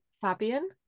Fabian